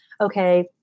okay